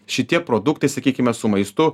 šitie produktai sakykime su maistu